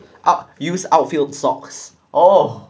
up use outfield socks oh